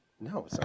No